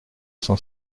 cent